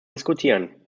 diskutieren